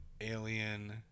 alien